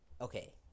okay